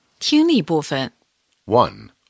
听力部分。one